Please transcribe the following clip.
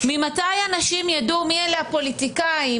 ממתי אנשים ידעו מי אלה הפוליטיקאים,